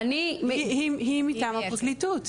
היא מטעם הפרקליטות,